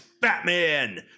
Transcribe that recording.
Batman